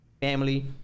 family